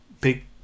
big